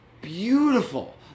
beautiful